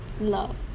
love